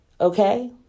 Okay